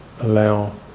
allow